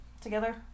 together